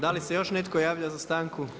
Da li se još netko javlja za stanku?